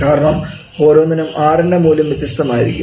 കാരണം ഓരോന്നിനും R ൻറെ മൂല്യം വ്യത്യസ്തമായിരിക്കും